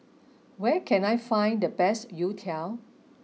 where can I find the best Youtiao